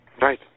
Right